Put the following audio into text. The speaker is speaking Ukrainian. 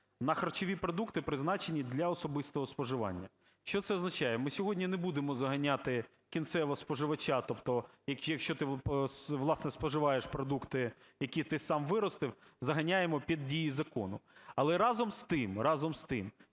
на харчові продукти, призначені для особистого споживання. Що це означає? Ми сьогодні не будемо заганяти кінцевого споживача, тобто якщо ти, власне, споживаєш продукти, які ти сам виростив, заганяємо під дію закону. Але, разом з тим, разом з тим,